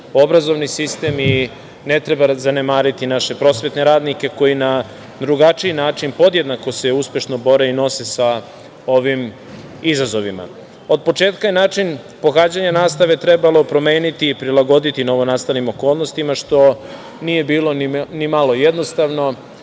obrazovni sistem i ne treba zanemariti naše prosvetne radnike koji na drugačiji način podjednako se uspešno bore i nose sa ovim izazovima. Od početka je način pohađanja nastave trebalo promeniti i prilagoditi novonastalim okolnostima, što nije bilo nimalo jednostavno,